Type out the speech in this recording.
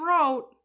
wrote